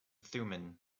thummim